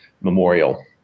Memorial